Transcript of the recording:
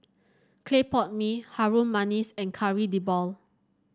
Clay Pot Mee Harum Manis and Kari Debal